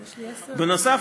בנוסף,